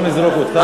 לא נזרוק אותך,